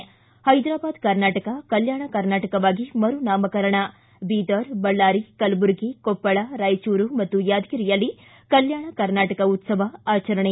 ಿ ಹೈದರಾಬಾದ್ ಕರ್ನಾಟಕ ಕಲ್ಲಾಣ ಕರ್ನಾಟಕವಾಗಿ ಮರು ನಾಮಕರಣ ಬೀದರ್ ಬಳ್ಳಾರಿ ಕಲಬುರರ್ಗಿ ಕೊಪ್ಪಳ ರಾಯಚೂರು ಮತ್ತು ಯಾದಗಿರಿಯಲ್ಲಿ ಕಲ್ಕಾಣ ಕರ್ನಾಟಕ ಉತ್ಸವ ಆಚರಣೆ